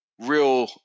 real